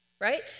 Right